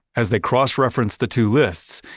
as they cross referenced the two lists,